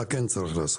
מה כן צריך לעשות?